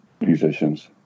musicians